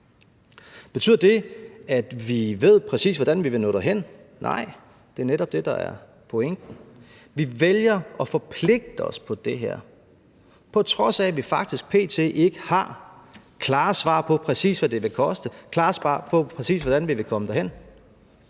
Betyder det, at vi ved, præcis hvordan vi vil nå derhen? Nej, det er netop det, der er pointen: Vi vælger at forpligte os på det her, på trods af at vi faktisk p.t. ikke har klare svar på, præcis hvad det vil koste, klare svar på, præcis hvordan vi vil komme derhen.